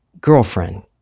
girlfriend